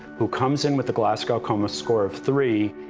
who comes in with a score um score of three,